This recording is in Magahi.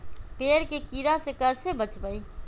पेड़ के कीड़ा से कैसे बचबई?